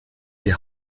die